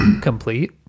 complete